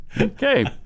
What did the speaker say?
Okay